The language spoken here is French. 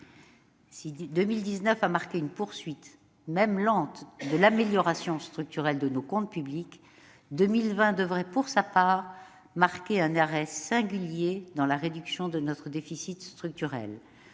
2019 a marqué une poursuite, même lente, de l'amélioration structurelle de nos comptes publics, l'année 2020 devrait pour sa part marquer un arrêt singulier dans la réduction de notre déficit structurel.